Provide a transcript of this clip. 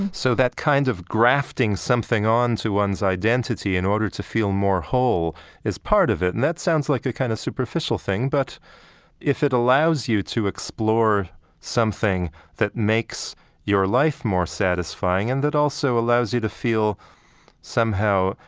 so that kind of grafting something on to one's identity in order to feel more whole is part of it. and that sounds like a kind of superficial thing, but if it allows you to explore something that makes your life more satisfying and that also allows you to feel somehow,